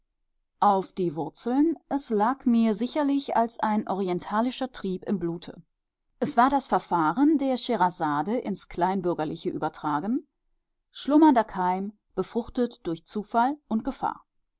auf die wurzeln es lag mir sicherlich als ein orientalischer trieb im blute es war das verfahren der schehrasade ins kleinbürgerliche übertragen schlummernder keim befruchtet durch zufall und gefahr